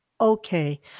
okay